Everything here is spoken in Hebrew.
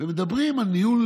ומדברים על ניהול